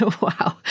Wow